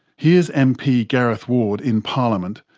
here's mp gareth ward in parliament,